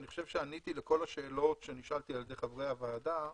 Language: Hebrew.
אני חושב שעניתי לכל השאלות שנשאלתי על ידי חברי הוועדה,